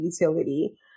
utility